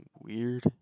weird